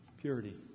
Purity